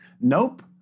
Nope